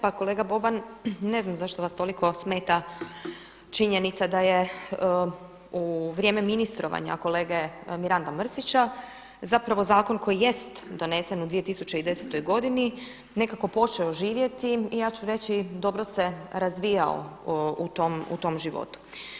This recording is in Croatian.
Pa kolega Boban, ne znam zašto vas toliko smeta činjenica da je u vrijeme ministrovanja kolege Miranda Mrsića, zapravo zakon koji jest donesen u 2010. godini nekako počeo živjeti i ja ću reći dobro se razvijao u tom životu.